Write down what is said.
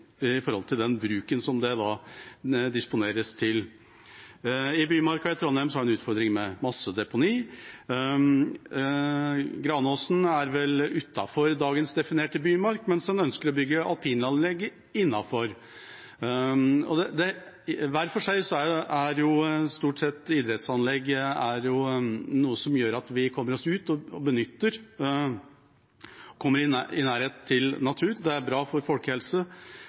Bymarka i Trondheim har en utfordringer med massedeponi. Granåsen er vel utenfor dagens definerte bymark, men en ønsker å bygge alpinanlegget innenfor. Hver for seg er idrettsanlegg stort sett noe som gjør at vi kommer oss ut og benytter og får nærhet til naturen. Det er bra for